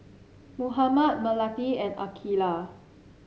Muhammad Melati and Aqeelah